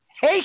hey